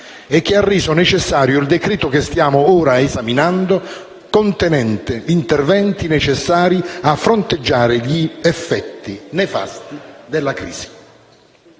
e che ha reso necessario il decreto-legge che stiamo ora esaminando, contenente interventi necessari a fronteggiare gli effetti nefasti della crisi.